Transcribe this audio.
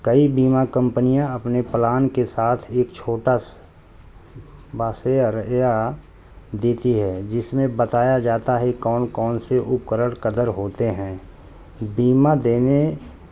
کئی بیمہ کمپنیاں اپنے پلان کے ساتھ ایک چھوٹا یا دیتی ہے جس میں بتایا جاتا ہے کون کون سے اپکرن کدر ہوتے ہیں بیمہ دینے